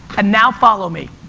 and now follow me.